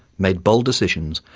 made bold decisions,